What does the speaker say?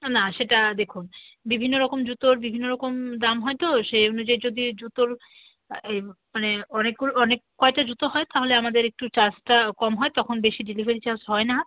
না সেটা দেখুন বিভিন্ন রকম জুতোর বিভিন্ন রকম দাম হয় তো সেই অনুযায়ী যদি জুতোর এই মানে অনেকগুলো অনেক কয়টা জুতো হয় তাহলে আমাদের ইকটু চার্জটা কম হয় তখন বেশি ডেলিভারি চার্জ হয় না